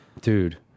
dude